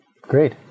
Great